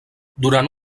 durant